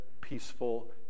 peaceful